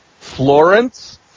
Florence